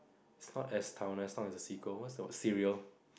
is not as town not as a sequel what's the word serial